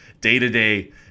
day-to-day